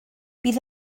bydd